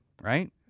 right